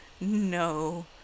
no